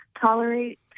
tolerate